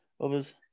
others